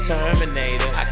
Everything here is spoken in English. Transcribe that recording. Terminator